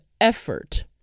effort